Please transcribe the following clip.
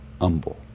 humble